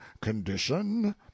Condition